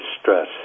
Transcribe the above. stress